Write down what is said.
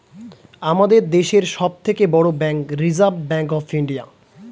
আমাদের দেশের সব থেকে বড় bank reserve bank of India